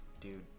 dude